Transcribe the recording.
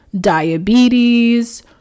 diabetes